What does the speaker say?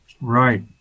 Right